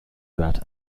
about